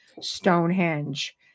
Stonehenge